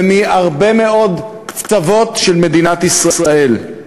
ומהרבה מאוד קצוות של מדינת ישראל.